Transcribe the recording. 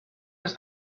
was